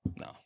No